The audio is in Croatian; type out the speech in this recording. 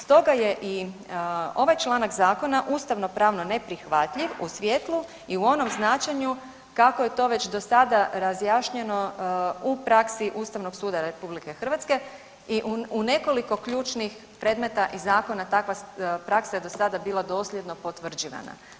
Stoga je i ovaj članak zakona ustavno-pravno neprihvatljiv u svjetlu i u onom značenju kako je to već do sada razjašnjeno u praksi Ustavnog suda RH i u nekoliko ključnih predmeta i zakona takva praksa je do sada bila dosljedno potvrđivana.